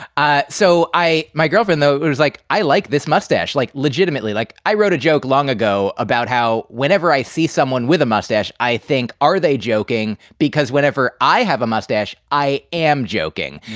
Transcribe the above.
so i my girlfriend, though, was like, i like this mustache, like legitimately. like i wrote a joke long ago about how whenever i see someone with a mustache, i think, are they joking? because whenever i have a mustache, i am joking.